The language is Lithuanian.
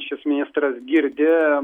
šis ministras girdi